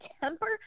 temper